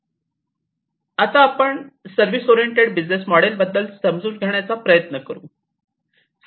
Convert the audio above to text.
चला तर आता आपण सर्विस ओरिएंटेड बिझनेस मोडेल समजून घेण्याचा प्रयत्न करू